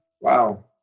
Wow